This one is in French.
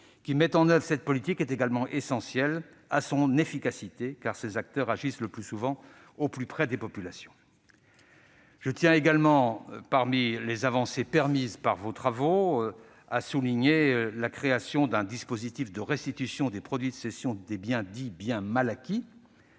qui mettent en oeuvre cette politique est également essentielle à son efficacité, car ces acteurs agissent le plus souvent au plus près des populations. Je tiens également, parmi les avancées permises par vos travaux, à souligner la création d'un dispositif de restitution des produits de cession des biens dits mal acquis